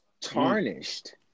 tarnished